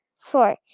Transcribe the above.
Four